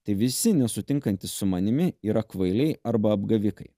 tai visi nesutinkantys su manimi yra kvailiai arba apgavikai